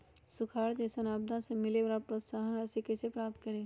सुखार जैसन आपदा से मिले वाला प्रोत्साहन राशि कईसे प्राप्त करी?